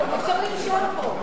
אי-אפשר לנשום פה.